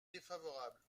défavorable